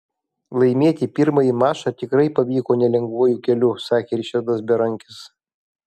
laimėti pirmąjį mačą tikrai pavyko nelengvuoju keliu sakė ričardas berankis